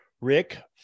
Rick